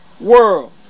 world